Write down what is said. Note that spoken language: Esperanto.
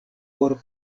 por